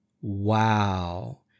wow